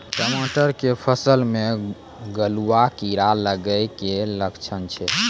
टमाटर के फसल मे गलुआ कीड़ा लगे के की लक्छण छै